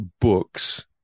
books